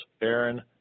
Aaron